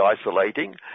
isolating